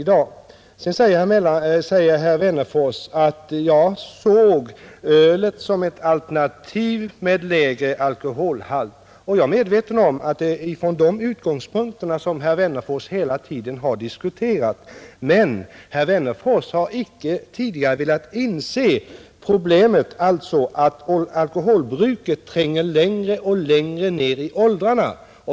Herr Wennerfors säger att han betraktat mellanölet med dess lägre alkoholhalt som ett alternativ. Jag är medveten om att det är från dessa utgångspunkter herr Wennerfors hela tiden har diskuterat. Men herr Wennerfors har tidigare icke velat inse att alkoholbruket tränger längre och längre ned i åldrarna.